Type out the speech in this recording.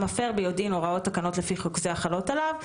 המפר ביודעין הוראות תקנות לפי חוק זה החלות עליו,